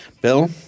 Bill